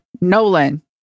Nolan